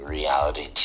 reality